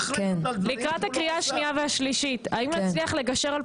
לקראת הקריאה השנייה והשלישית האם נצליח לגשר על